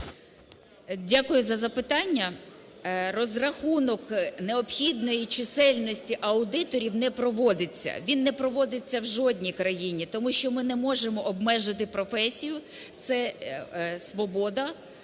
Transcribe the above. Дякую за запитання. Розрахунок необхідної чисельності аудиторів не проводиться. Він не проводиться у жодній країні, тому що ми не можемо обмежити професію, це свобода